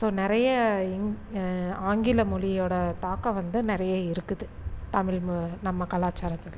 so நிறைய இங் ஆங்கில மொழியோட தாக்கம் வந்து நிறைய இருக்குது தமிழ்மொ நம்ம கலாச்சாரத்தில்